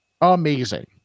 amazing